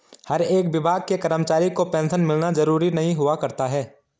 हर एक विभाग के कर्मचारी को पेन्शन मिलना जरूरी नहीं हुआ करता है